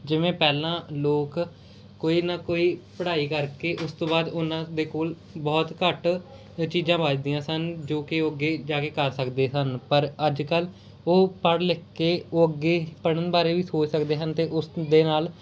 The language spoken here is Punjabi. ਜਿਵੇਂ ਪਹਿਲਾਂ ਲੋਕ ਕੋਈ ਨਾ ਕੋਈ ਪੜ੍ਹਾਈ ਕਰਕੇ ਉਸ ਤੋਂ ਬਾਅਦ ਉਹਨਾਂ ਦੇ ਕੋਲ ਬਹੁਤ ਘੱਟ ਚੀਜ਼ਾਂ ਬਚਦੀਆਂ ਸਨ ਜੋ ਕਿ ਉਹ ਅੱਗੇ ਜਾ ਕੇ ਕਰ ਸਕਦੇ ਸਨ ਪਰ ਅੱਜ ਕੱਲ੍ਹ ਉਹ ਪੜ੍ਹ ਲਿਖ ਕੇ ਉਹ ਅੱਗੇ ਪੜ੍ਹਨ ਬਾਰੇ ਵੀ ਸੋਚ ਸਕਦੇ ਹਨ ਅਤੇ ਉਸ ਦੇ ਨਾਲ